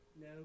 No